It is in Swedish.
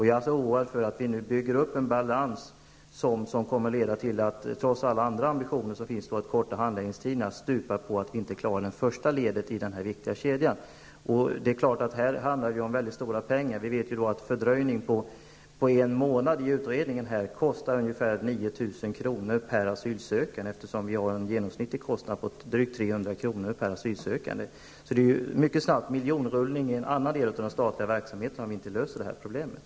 Jag tror därför att vi nu bygger upp en balans som kommer att leda till att allt, trots alla ambitioner för att förkorta handläggningstiderna, stupar på att vi inte klarar det första ledet i denna viktiga kedja. Det handlar ju om väldigt stora summor. Vi vet att en fördröjning på en månad i utredningen kostar ungefär 9 000 kr. per asylsökande, eftersom den genomsnittliga kostnaden är drygt 300 kr. per asylsökande. Mycket snabbt sker en miljonrullning i en annan del av den statliga verksamheten om vi inte kan lösa det här problemet.